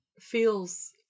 feels